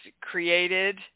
created